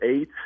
eight